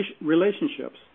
relationships